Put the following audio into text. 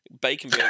Bacon